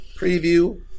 preview